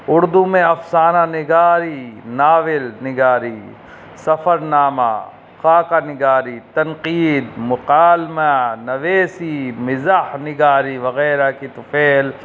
اردو میں افسانہ نگاری ناول نگاری سفرنامہ خاکہ نگاری تنقید مکالمہ نویسی مزاح نگاری وغیرہ کی طفیل